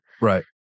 right